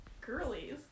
Girlies